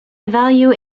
value